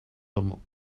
him